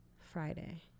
Friday